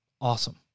awesome